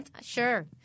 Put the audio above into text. sure